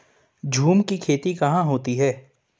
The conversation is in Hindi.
झूम की खेती कहाँ होती है?